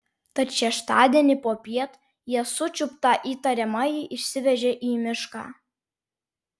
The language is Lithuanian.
tad šeštadienį popiet jie sučiuptą įtariamąjį išsivežė į mišką